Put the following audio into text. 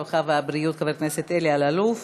הרווחה והבריאות חבר הכנסת אלי אלאלוף.